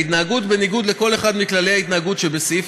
ההתנהגות בניגוד לכל אחד מכללי ההתנהגות שבסעיף